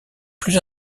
plus